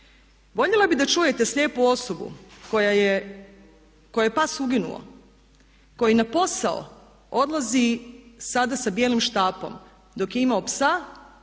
Voljela bih da čujete slijepu osobu kojoj je pas uginuo, koji na posao odlazi sada sa bijelim štapom. Dok je imao psa